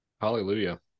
hallelujah